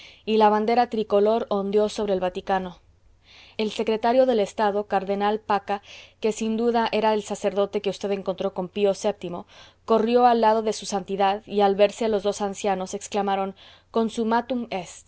y la bandera tricolor ondeó sobre el vaticano el secretario de estado cardenal pacca que sin duda era el sacerdote que v encontró con pío vii corrió al lado de su santidad y al verse los dos ancianos exclamaron consummatum